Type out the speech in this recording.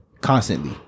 constantly